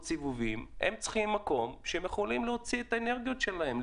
והם צריכים מקום שהם יכולים להוציא בו את האנרגיות שלהם.